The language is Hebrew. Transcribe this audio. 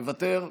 מוותר?